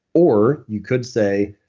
or you could say,